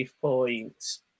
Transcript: points